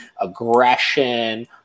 aggression